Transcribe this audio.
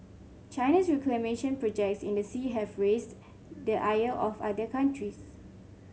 China's reclamation projects in the sea have raised the ire of other countries